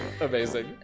amazing